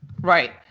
right